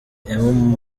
emu